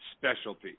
specialty